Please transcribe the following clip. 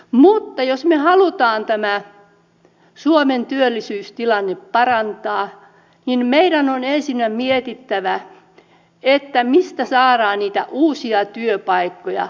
mutta jos me haluamme tämän suomen työllisyystilanteen parantaa niin meidän on ensinnäkin mietittävä mistä saadaan niitä uusia työpaikkoja